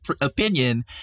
opinion